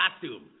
costume